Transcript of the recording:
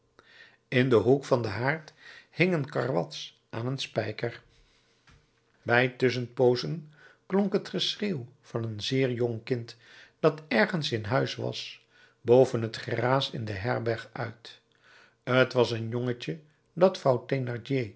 in den hoek van den haard hing een karwats aan een spijker bij tusschenpoozen klonk het geschreeuw van een zeer jong kind dat ergens in huis was boven het geraas in de herberg uit t was een jongentje dat